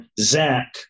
Zach